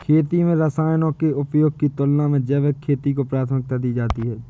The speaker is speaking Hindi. खेती में रसायनों के उपयोग की तुलना में जैविक खेती को प्राथमिकता दी जाती है